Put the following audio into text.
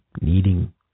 needing